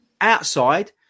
outside